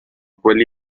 quelli